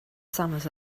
summers